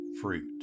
fruit